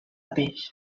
peix